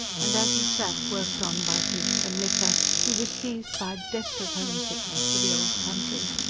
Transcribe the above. and, as he sat, worked on by grief and liquor, he was seized by a desperate homesickness for the old country.